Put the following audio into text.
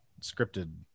scripted